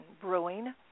brewing